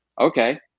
Okay